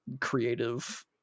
creative